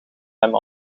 hem